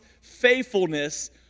faithfulness